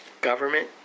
government